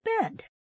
bed